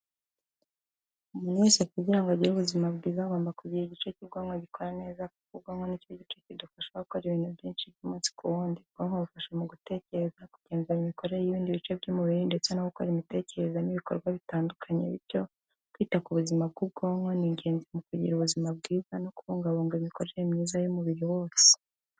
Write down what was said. Umuntu wese kugira ngo agire ubuzima bwiza agomba kugira igice cy'ubwonko gikora neza, kuko ubwonko ni cyo gice kidufasha gukora ibintu byinshi by'umunsi ku wundi. Ubwonko bufasha mu gutekereza, kugenzura imikorere y'ibindi bice by'umubiri ndetse no gukora imitekerereze n'ibikorwa bitandukanye, bityo kwita ku buzima bw'ubwonko ni ingenzi mu kugira ubuzima bwiza no kubungabunga imikorere myiza y'umubiri wose.